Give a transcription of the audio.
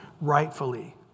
rightfully